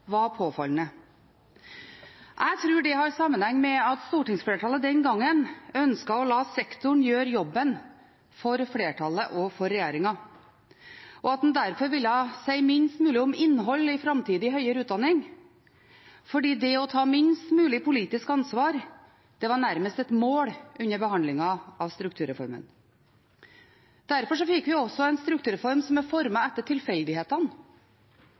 var påfallende. Jeg tror det har sammenheng med at stortingsflertallet den gangen ønsket å la sektoren gjøre jobben for flertallet og for regjeringen, og at en derfor ville si minst mulig om innhold i framtidig høyere utdanning, fordi det å ta minst mulig politisk ansvar nærmest var et mål under behandlingen av strukturreformen. Derfor fikk vi også en strukturreform som er formet etter tilfeldighetene,